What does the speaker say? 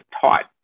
taught